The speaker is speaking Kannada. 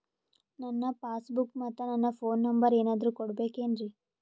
ನನ್ನ ಪಾಸ್ ಬುಕ್ ಮತ್ ನನ್ನ ಫೋನ್ ನಂಬರ್ ಏನಾದ್ರು ಕೊಡಬೇಕೆನ್ರಿ?